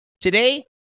Today